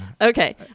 Okay